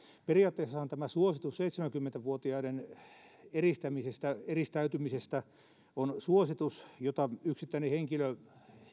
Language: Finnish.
periaatteessahan tämä suositus seitsemänkymmentä vuotiaiden eristäytymisestä on suositus jota yksittäinen henkilö